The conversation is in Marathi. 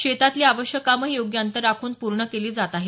शेतातली आवश्यक कामंही योग्य अंतर राखून पूर्ण केली जात आहेत